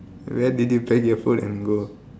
where did you pack your food and go